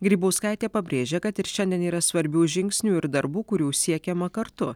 grybauskaitė pabrėžia kad ir šiandien yra svarbių žingsnių ir darbų kurių siekiama kartu